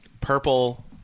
purple